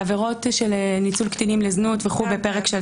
עבירות של ניצול קטינים לזנות בפרק...,